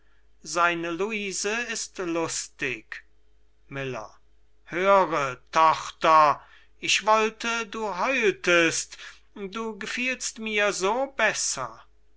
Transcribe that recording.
seine luise ist lustig miller höre tochter ich wollte du heultest du gefielst mir so besser